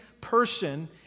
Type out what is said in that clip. person